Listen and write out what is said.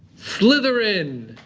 slytherin.